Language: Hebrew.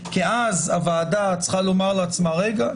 כי אז הוועדה צריכה לומר לעצמה: רגע,